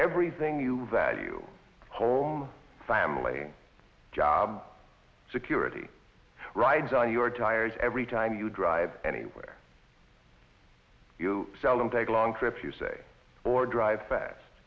everything you value home family job security rides on your tires every time you drive anywhere you seldom take long trips you say or drive fast